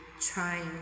trying